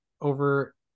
over